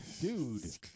Dude